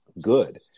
good